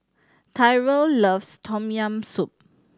Tyrell loves Tom Yam Soup